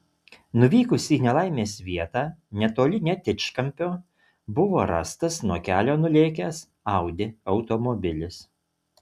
nuvykus į nelaimės vietą netoli netičkampio buvo rastas nuo kelio nulėkęs audi automobilis